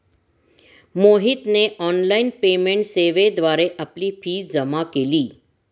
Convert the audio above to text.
मोहितने online payment सेवेद्वारे आपली फी जमा केली